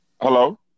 Hello